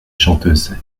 chanteuses